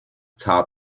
top